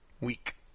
Week